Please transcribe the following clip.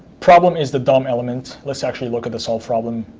problem is the dom element. let's actually look at this whole problem.